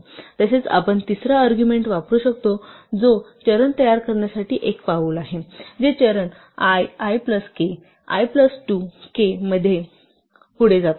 तसेच आपण तिसरा अर्ग्युमेण्ट वापरू शकतो जो चरण तयार करण्यासाठी एक पाऊल आहे जे चरण i i plus k i plus 2 k वगैरे मध्ये पुढे जातात